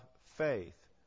faith